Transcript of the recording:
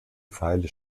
pfeile